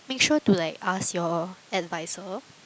make sure to like ask your advisor